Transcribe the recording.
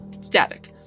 static